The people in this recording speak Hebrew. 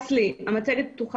תאי